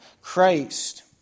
Christ